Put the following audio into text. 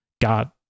God